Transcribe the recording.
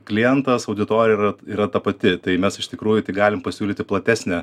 klientas auditorija yra ta pati tai mes iš tikrųjų tik galime pasiūlyti platesnę